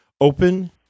open